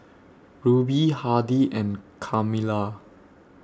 Ruby Hardy and Carmela